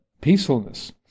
peacefulness